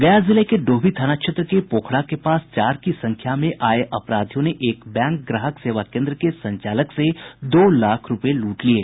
गया जिले के डोभी थाना क्षेत्र के पोखरा के पास चार की संख्या में आये अपराधियों ने एक बैंक ग्राहक सेवा केन्द्र के संचालक से दो लाख रूपये लूट लिये